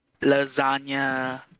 Lasagna